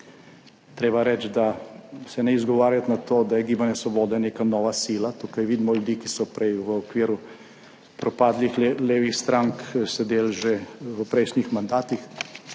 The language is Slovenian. treba reči, da se ne izgovarjati na to, da je Gibanje svobode neka nova sila. Tukaj vidimo ljudi, ki so prej v okviru propadlih levih strank sedeli že v prejšnjih mandatih,